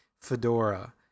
fedora